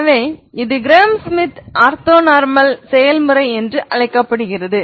எனவே இது Gram Schmidt orthonormal செயல்முறை என்று அழைக்கப்படுகிறது